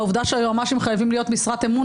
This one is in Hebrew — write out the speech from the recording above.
והועבדה שהיועמ"שים חייבים להיות משרת אמון,